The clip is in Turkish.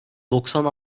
doksan